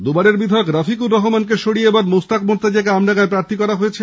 দু বারের বিধায়ক রফিকুর রহমানকে সরিয়ে এবার মুস্তাক মোর্তাজাকে আমডাঙ্গায় প্রার্থী করা হয়েছে